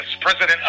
president